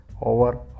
over